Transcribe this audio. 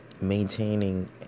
Maintaining